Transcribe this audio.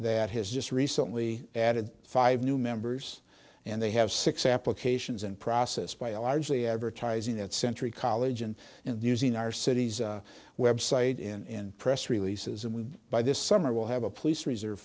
that has just recently added five new members and they have six applications and processed by a largely advertising that century college and in using our city's website in press releases and we by this summer will have a police reserve